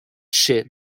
ship